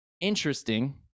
Interesting